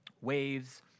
waves